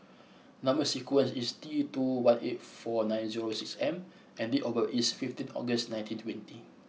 number sequence is T two one eight four nine zero six M and date of birth is fifteen August nineteen twenty